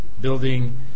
building